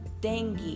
dengue